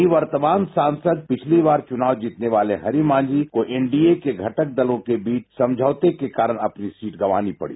निर्वतमान सांसद पिछली बार चुनाव जीतने वाले हरि मांझी को एनडीए के घटक दलों के बीच समझौते के कारण अपनी सीट गंवानी पडी